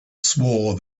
swore